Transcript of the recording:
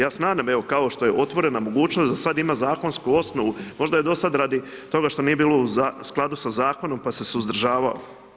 Ja se nadam, evo kao što je otvorena mogućnost da sad ima zakonsku osnovu, možda je dosad radi toga što nije bilo u skladu sa zakonom, pa se suzdržavao.